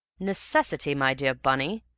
necessity, my dear bunny?